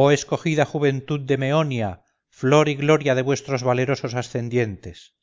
oh escogida juventud de meonia flor y gloria de vuestros valerosos ascendientes